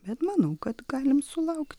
bet manau kad galim sulaukt